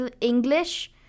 English